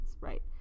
Right